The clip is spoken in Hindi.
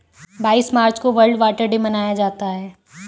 बाईस मार्च को वर्ल्ड वाटर डे मनाया जाता है